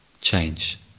change